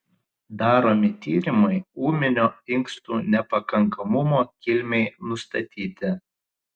daromi tyrimai ūminio inkstų nepakankamumo kilmei nustatyti